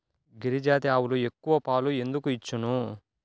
గిరిజాతి ఆవులు ఎక్కువ పాలు ఎందుకు ఇచ్చును?